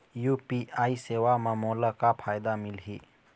UPI सेवा म मोला का फायदा मिलही?